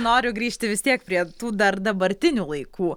noriu grįžti vis tiek prie tų dar dabartinių laikų